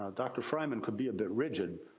ah dr. frymann could be a bit rigid,